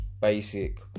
basic